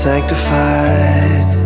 Sanctified